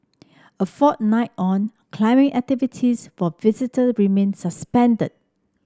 a fortnight on climbing activities for visitor remain suspended